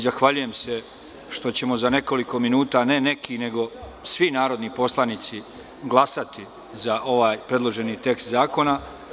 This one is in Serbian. Zahvaljujem se što ćemo za nekoliko minuta, ne „neki“ nego svi narodni poslanici glasati za predloženi tekst zakona.